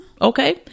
Okay